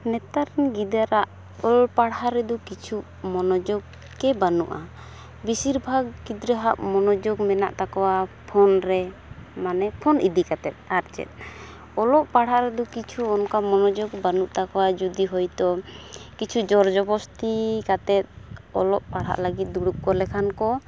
ᱱᱮᱛᱟᱨ ᱨᱮᱱ ᱜᱤᱫᱟᱹᱨᱟᱜ ᱚᱞ ᱯᱟᱲᱦᱟᱣ ᱨᱮᱫᱚ ᱠᱤᱪᱷᱩ ᱢᱚᱱᱚᱡᱳᱜᱽ ᱜᱮ ᱵᱟᱱᱩᱜᱼᱟ ᱵᱤᱥᱤᱨᱵᱷᱟᱜᱽ ᱜᱤᱫᱽᱨᱟᱹᱦᱟᱜ ᱢᱚᱱᱚᱡᱳᱜᱽ ᱢᱮᱱᱟᱜ ᱛᱟᱠᱚᱣᱟ ᱯᱷᱳᱱ ᱨᱮ ᱢᱟᱱᱮ ᱯᱷᱳᱱ ᱤᱫᱤᱠᱟᱛᱮᱫ ᱟᱨ ᱪᱮᱫ ᱚᱞᱚᱜ ᱯᱟᱲᱦᱟᱣ ᱨᱮᱫᱚ ᱠᱤᱪᱷᱩ ᱚᱱᱠᱟ ᱢᱚᱱᱚᱡᱳᱜᱽ ᱵᱟᱱᱩᱜ ᱛᱟᱠᱚᱣᱟ ᱡᱩᱫᱤ ᱦᱚᱭᱛᱚ ᱠᱤᱪᱷᱩ ᱡᱚᱨᱡᱚᱵᱚᱥᱛᱤ ᱠᱟᱛᱮᱫ ᱚᱞᱚᱜ ᱯᱟᱲᱦᱟᱜ ᱞᱟᱹᱜᱤᱫ ᱫᱩᱲᱩᱵ ᱠᱚ ᱞᱮᱠᱷᱟᱱ ᱠᱚ